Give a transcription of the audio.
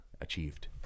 achieved